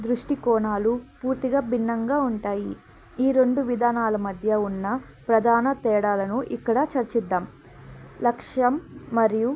దృష్టి కోణాలు పూర్తిగా భిన్నంగా ఉంటాయి ఈ రెండు విధానాల మధ్య ఉన్న ప్రధాన తేడాలను ఇక్కడ చర్చిద్దాం లక్ష్యం మరియు